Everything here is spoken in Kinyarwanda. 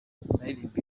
naririmbye